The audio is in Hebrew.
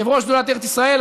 יושב-ראש שדולת ארץ ישראל,